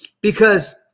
because-